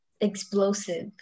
explosive